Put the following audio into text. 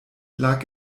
lag